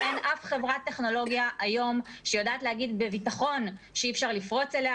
אין אף חברת טכנולוגיה היום שיודעת להגיד בביטחון שאי אפשר לפרוץ אליה,